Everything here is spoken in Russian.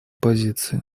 позиции